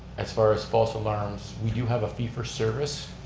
as far as false alarms, we do have a fee for service